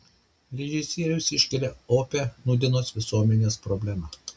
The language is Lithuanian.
režisierius iškelia opią nūdienos visuomenės problemą